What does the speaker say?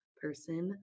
person